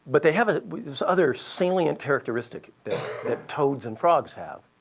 but they have this other salient characteristic that toads and frogs have,